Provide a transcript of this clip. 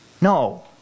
No